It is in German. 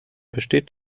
besteht